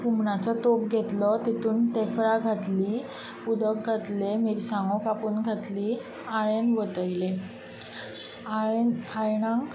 हुमणाचो तोप घेतलो तातूंत तेफळां घातलीं उदक घातलें मिरसांगो कापून घातली आळ्यान वतयलें आळ्यान आळणाक